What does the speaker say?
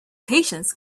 patience